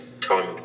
time